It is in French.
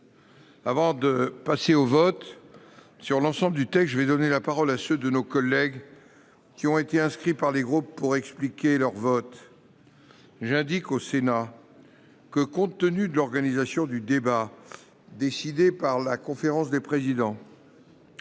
Avant de passer au vote sur l'ensemble du texte, je vais donner la parole à ceux de nos collègues qui ont été inscrits par les groupes pour expliquer leur vote. J'indique au Sénat que, compte tenu de l'organisation du débat décidée par la conférence des présidents,